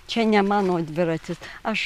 čia ne mano dviratis aš